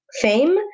fame